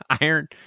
iron